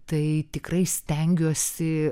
tai tikrai stengiuosi